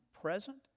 present